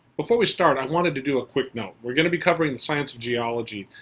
before we start i wanted to do a quick note. we're gonna be covering the science of geology.